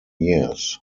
years